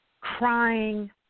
crying